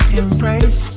embrace